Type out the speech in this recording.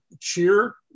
cheer